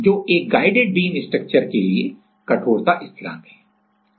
जोकि एक guided beam structure के लिए कठोरता स्थिरांक है